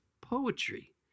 poetry